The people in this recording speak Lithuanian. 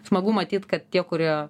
smagu matyt kad tie kurie